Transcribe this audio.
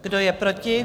Kdo je proti?